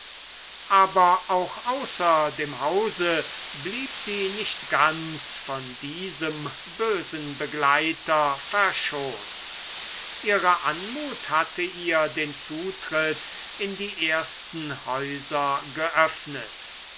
aber auch außer dem hause blieb sie nicht ganz von diesem bösen begleiter verschont ihre anmut hatte ihr den zutritt in die ersten häuser geöffnet